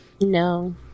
No